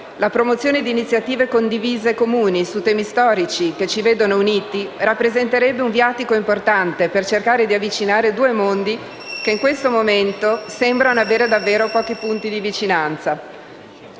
La promozione di iniziative condivise comuni su temi storici che ci vedono uniti rappresenterebbe un viatico importante per cercare di avvicinare due mondi che in questo momento sembrano avere davvero pochi punti di vicinanza.